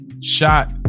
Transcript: shot